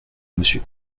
monsieur